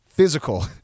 physical